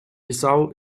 bissau